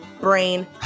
Brain